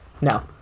no